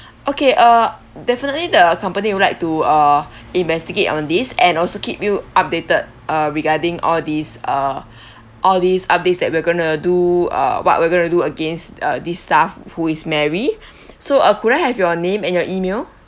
okay uh definitely the company would like to uh investigate on this and also keep you updated uh regarding all these uh all these updates that we are going to do uh what we're going to do against uh this staff who is mary so uh could I have your name and your email